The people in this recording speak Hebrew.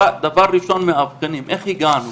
דבר ראשון מאבחנים, איך הגענו